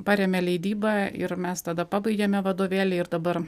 parėmė leidybą ir mes tada pabaigėme vadovėlį ir dabar